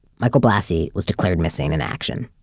michael blassi was declared missing in action,